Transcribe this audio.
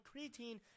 creatine